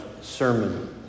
sermon